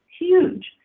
huge